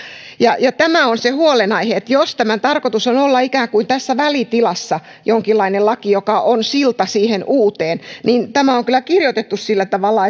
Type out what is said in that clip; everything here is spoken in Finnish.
ja ja tämä on se huolenaihe että jos tämän tarkoitus on ikään kuin olla tässä välitilassa jonkinlainen laki joka on silta siihen uuteen niin tämä on kyllä kirjoitettu sillä tavalla